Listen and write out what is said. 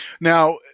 Now